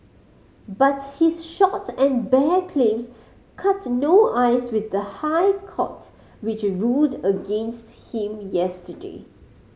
but his short and bare claims cut no ice with the High Court which ruled against him yesterday